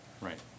Right